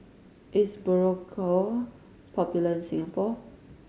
is Berocca popular in Singapore